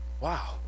wow